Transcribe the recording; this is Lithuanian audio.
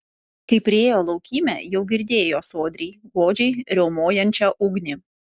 kai priėjo laukymę jau girdėjo sodriai godžiai riaumojančią ugnį